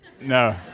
No